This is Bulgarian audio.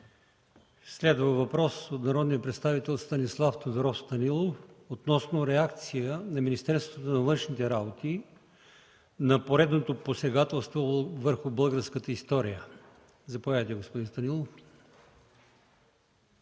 Следва въпрос от народния представител Станислав Тодоров Станилов относно реакция на Министерство на външните работи на поредното посегателство върху българската история. Заповядайте, господин Станилов.